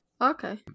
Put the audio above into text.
Okay